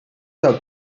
del